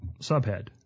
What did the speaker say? Subhead